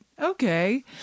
okay